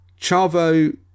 Chavo